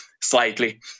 slightly